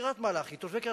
טובי קריית-מלאכי,